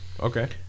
okay